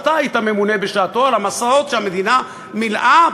אתה היית ממונה בשעתו על המסעות שהמדינה עשתה